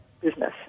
business